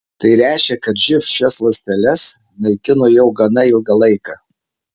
tai reiškia kad živ šias ląsteles naikino jau gana ilgą laiką